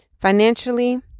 financially